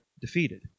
defeated